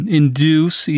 induce